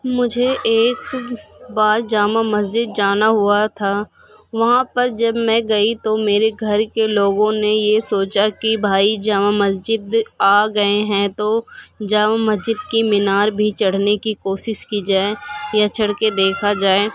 مجھے ایک بار جامع مسجد جانا ہوا تھا وہاں پر جب میں گئی تو میرے گھر کے لوگوں نے یہ سوچا کہ بھائی جامع مسجد آ گئے ہیں تو جامع مسجد کے مینار بھی چڑھنے کی کوشش کی جائے یا چڑھ کے دیکھا جائے